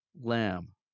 lamb